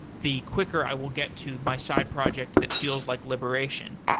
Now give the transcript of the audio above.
the quicker i will get to my side project that feels like liberation.